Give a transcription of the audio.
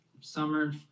summer